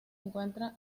encuentra